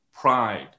pride